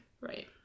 Right